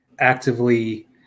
actively